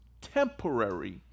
temporary